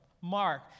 Mark